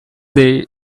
day